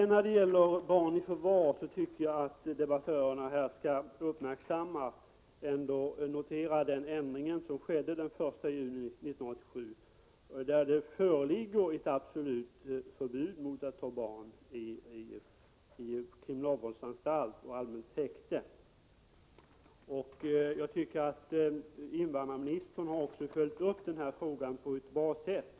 När det gäller barn i förvar tycker jag att debattörerna här ändå skall notera den ändring som skedde den 1 juli 1987, innebärande att det föreligger ett absolut förbud mot att ta barn i förvar på kriminalvårdsanstalt och i allmänt häkte. Jag anser att invandrarministern också har följt upp denna fråga på ett bra sätt.